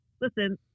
listen